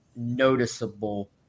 Noticeable